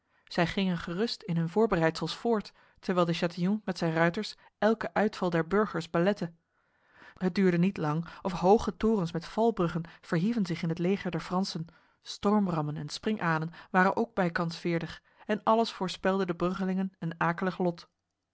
zij gingen gerust in hun voorbereidsels voort terwijl de chatillon met zijn ruiters elke uitval der burgers belette het duurde niet lang of hoge torens met valbruggen verhieven zich in het leger der fransen stormrammen en springalen waren ook bijkans veerdig en alles voorspelde de bruggelingen een akelig lot